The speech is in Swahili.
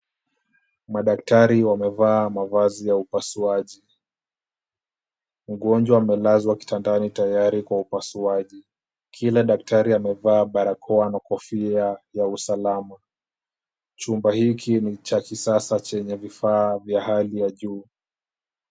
Madaktari wamevaa mavazi ya upasuaji. Mgonjwa amelazwa kitandani tayari kwa upasuaji. Kila daktari amevaa barakoa na kofia ya usalama. Chumba hiki ni cha kisasa chenye vifaa vya hali ya juu.